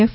F